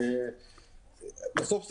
בסוף,